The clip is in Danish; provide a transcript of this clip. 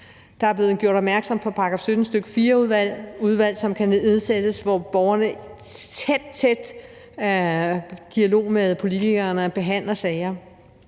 Der er blevet gjort opmærksom på § 17, stk. 4-udvalg. Det er udvalg, som kan nedsættes, og hvor borgerne i tæt, tæt dialog med politikerne behandler sager.